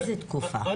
איזה תקופה?